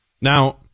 Now